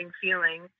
feeling